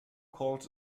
called